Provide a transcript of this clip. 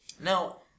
Now